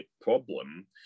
problem